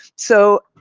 so,